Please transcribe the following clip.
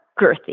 girthy